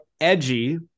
edgy